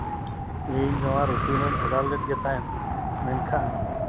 ᱤᱧ ᱱᱚᱣᱟ ᱨᱩᱴᱤ ᱢᱟᱧ ᱚᱰᱟᱨ ᱞᱮᱫ ᱜᱮ ᱛᱟᱦᱮᱸᱫ ᱢᱮᱱᱠᱷᱟᱱ